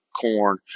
corn